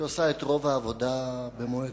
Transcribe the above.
שעושה את רוב העבודה במו ידיה.